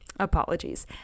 Apologies